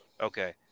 okay